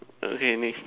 okay next